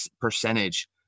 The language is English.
percentage